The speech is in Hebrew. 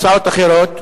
הצעות אחרות.